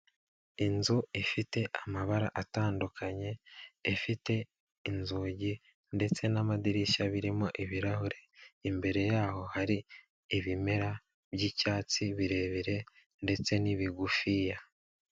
Inzu ifite amabara atandukanye, ifite inzugi ndetse n'amadirishya birimo ibirahure, imbere yaho hari ibimera birebire by'icyatsi ndetse n'ibigufiya.